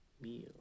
meal